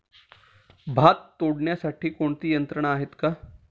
भात तोडण्यासाठी कोणती यंत्रणा आहेत का?